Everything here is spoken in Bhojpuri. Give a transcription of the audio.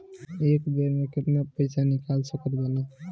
एक बेर मे केतना पैसा निकाल सकत बानी?